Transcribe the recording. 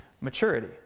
maturity